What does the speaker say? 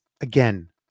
again